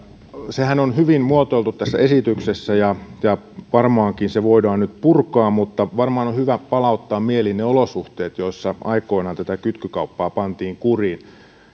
sehän on hyvin muotoiltu tässä esityksessä ja varmaankin se voidaan nyt purkaa mutta varmaan on hyvä palauttaa mieliin ne olosuhteet joissa aikoinaan tätä kytkykauppaa pantiin kuriin